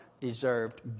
deserved